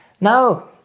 No